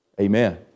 Amen